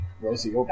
Rosie